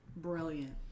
Brilliant